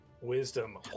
Wisdom